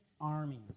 armies